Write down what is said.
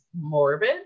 morbid